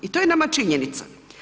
I to je nama činjenica.